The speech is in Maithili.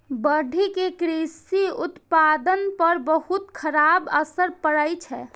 बाढ़ि के कृषि उत्पादन पर बहुत खराब असर पड़ै छै